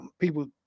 people